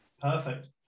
perfect